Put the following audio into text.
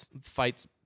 fights